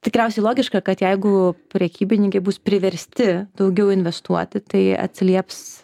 tikriausiai logiška kad jeigu prekybininkai bus priversti daugiau investuoti tai atsilieps